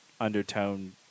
undertone